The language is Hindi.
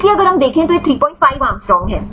इसलिए अगर हम देखें तो यह 35 एंग्स्ट्रॉम है